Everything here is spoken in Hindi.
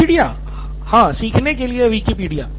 नितिन कुरियन हाँ सीखने के लिए विकिपीडिया